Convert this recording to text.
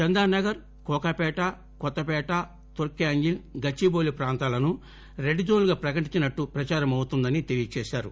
చందానగర్ కోకాపేట కొత్తపేట తుర్కయాంజిల్ గచ్చిటౌలి ప్రాంతాలను red zone లుగా ప్రకటించినట్లు ప్రదారమవుతోందని తెలిపారు